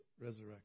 resurrection